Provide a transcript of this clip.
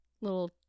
little